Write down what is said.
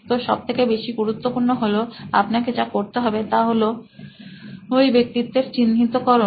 তো সবথেকে বেশি গুরুত্বপূর্ণ হলো আপনাকে যা করতে হবে তা হলো ওই ব্যক্তিত্বের চিহ্নিতকরণ